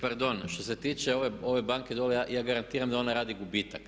Pardon, što se tiče ove banke dolje ja garantiram da ona radi gubitak.